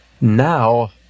now